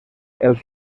els